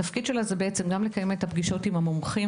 התפקיד שלה זה גם לקיים את הפגישות עם המומחים